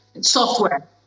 Software